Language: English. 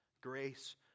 Grace